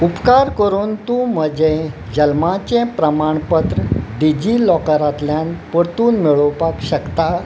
उपकार करून तूं म्हजें जल्माचें प्रमाणपत्र डिजिलॉकरांतल्यान परतून मेळोवपाक शकता